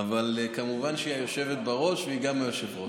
אבל כמובן שהיא היושבת בראש והיא גם היושב-ראש.